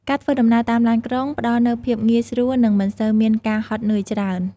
ការធ្វើដំណើរតាមឡានក្រុងផ្តល់នូវភាពងាយស្រួលនឹងមិនសូវមានការហត់នឿយច្រើន។